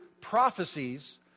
prophecies